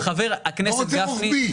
לא רוצים רוחבי,